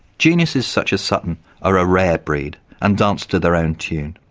geniuses such as sutton are a rare breed and dance to their own tune.